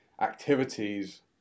activities